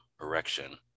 erection